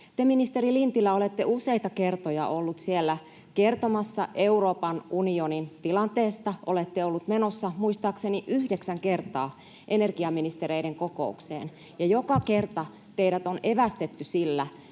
Te, ministeri Lintilä, olette useita kertoja ollut siellä kertomassa Euroopan unionin tilanteesta. Olette ollut menossa muistaakseni yhdeksän kertaa energiaministereiden kokoukseen, ja joka kerta teidät on evästetty sillä,